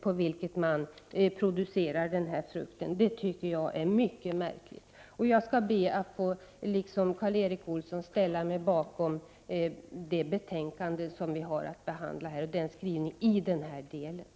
Jm so gr vilket man producerar frukten — kan alltså i sig göra att frukten blir ohälsosam. Det tycker jag är mycket märkligt. Liksom Karl Erik Olsson ansluter jag mig till utskottsskrivningen i denna del i det betänkande som vi nu behandlar.